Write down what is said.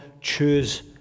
choose